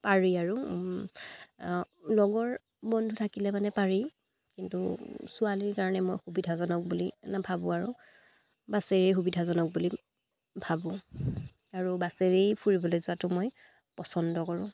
পাৰি আৰু লগৰ বন্ধু থাকিলে মানে পাৰি কিন্তু ছোৱালীৰ কাৰণে মই সুবিধাজনক বুলি নাভাবোঁ আৰু বাছেৰেই সুবিধাজনক বুলি ভাবোঁ আৰু বাছেৰেই ফুৰিবলৈ যোৱাটো মই পচন্দ কৰোঁ